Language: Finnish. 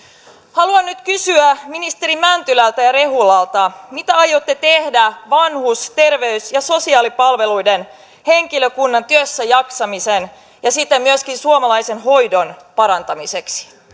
haluan nyt kysyä ministeri mäntylältä ja ja rehulalta mitä aiotte tehdä vanhus terveys ja sosiaalipalveluiden henkilökunnan työssäjaksamisen ja siten myöskin suomalaisen hoidon parantamiseksi